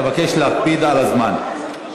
אבקש להקפיד על הזמן.